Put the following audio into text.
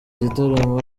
gitaramo